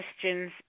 questions